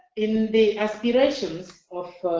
in the aspirations of